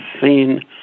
seen